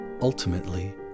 ultimately